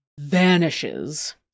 vanishes